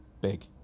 big